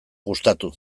gustatu